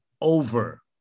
over